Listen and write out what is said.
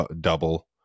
double